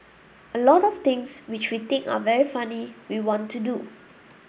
a lot of things which we think are very funny we want to do